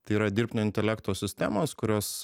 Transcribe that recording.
tai yra dirbtinio intelekto sistemos kurios